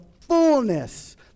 fullness